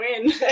win